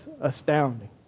astounding